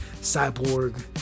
cyborg